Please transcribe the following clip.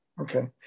okay